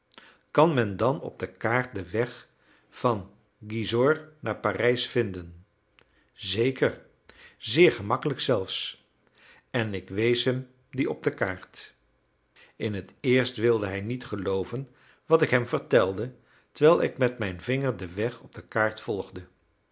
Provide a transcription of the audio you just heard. kan men dan op de kaart den weg van gisors naar parijs vinden zeker zeer gemakkelijk zelfs en ik wees hem dien op de kaart in het eerst wilde hij niet gelooven wat ik hem vertelde terwijl ik met mijn vinger den weg op de kaart volgde